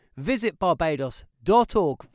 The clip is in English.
visitbarbados.org